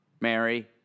Mary